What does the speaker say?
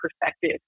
perspective